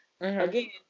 Again